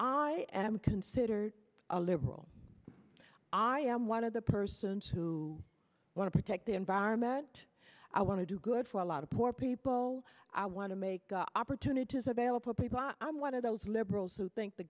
i am considered a liberal i am one of the persons who want to protect the environment i want to do good for a lot of poor people i want to make opportunities available people i'm one of those liberals who think the